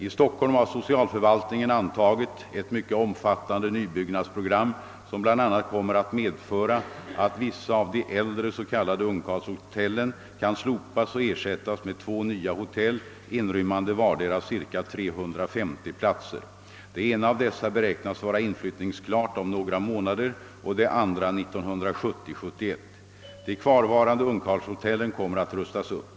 I Stockholm har socialförvaltningen antagit ett mycket omfattande nybyggnadsprogram som bl.a. kommer att medföra att vissa av de äldre s.k. ungkarlshotellen kan slopas och ersättas med två nya hotell inrymmande vardera cirka 350 platser. Det ena av dessa beräknas vara inflyttningsklart om några månader och det andra 1970— 1971. De kvarvarande ungkarlshotellen kommer att rustas upp.